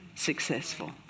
successful